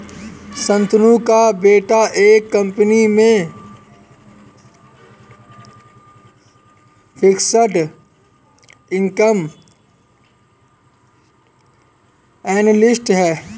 शांतनु का बेटा एक कंपनी में फिक्स्ड इनकम एनालिस्ट है